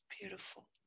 beautiful